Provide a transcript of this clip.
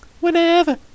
Whenever